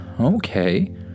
okay